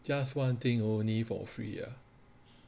just one thing only for free ah